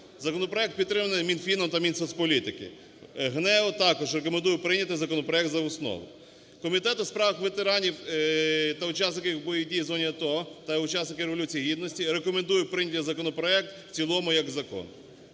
Законопроект підтриманий Мінфіном та Мінсоцполітики. ГНЕУ також рекомендує прийняти законопроект за основу. Комітет у справах ветеранів та учасників бойових дій в зоні АТО, та учасників Революції Гідності рекомендує прийняти законопроект в цілому як закон.